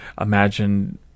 imagine